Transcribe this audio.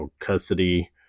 custody